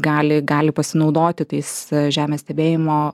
gali gali pasinaudoti tais žemės stebėjimo